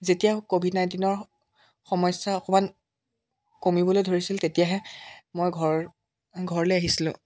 যেতিয়া ক'ভিড নাইণ্টিনৰ সমস্যা অকণমান কমিবলৈ ধৰিছিল তেতিয়াহে মই ঘৰ ঘৰলৈ আহিছিলোঁ